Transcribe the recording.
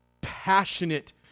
passionate